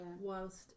Whilst